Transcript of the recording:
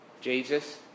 Jesus